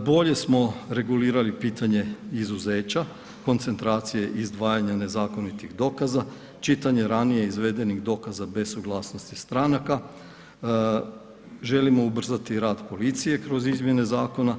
Bolje smo regulirali pitanje izuzeća, koncentracije izdvajanja nezakonitih dokaza, čitanje ranije izvedenih dokaza bez suglasnosti stranaka želimo ubrzati rad policije kroz izmjene zakona,